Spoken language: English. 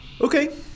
Okay